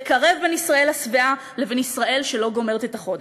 לקרב בין ישראל השבעה לבין ישראל שלא גומרת את החודש.